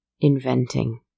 inventing